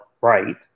right